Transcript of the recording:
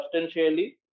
substantially